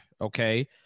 okay